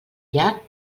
llac